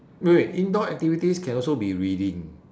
wait wait indoor activities can also be reading